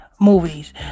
movies